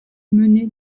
mené